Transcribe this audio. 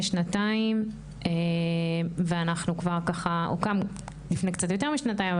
שנתיים ואנחנו כבר ככה הוקם לפני קצת יותר משנתיים,